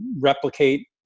replicate